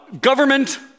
government